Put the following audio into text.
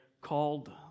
called